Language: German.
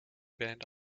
band